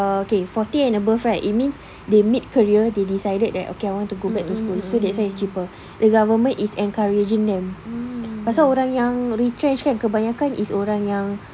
okay forty and above right it means they mid career they decided that okay I want to go back to school so that's why it's cheaper the government is encouraging them pasal orang yang retrench kan kebanyakan is orang yang